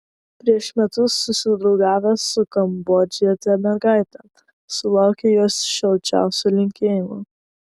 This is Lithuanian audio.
prieš metus susidraugavęs su kambodžiete mergaite sulaukė jos šilčiausių linkėjimų